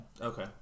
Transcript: okay